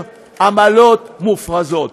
לא נשלם יותר עמלות מופרזות.